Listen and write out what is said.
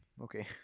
okay